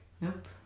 nope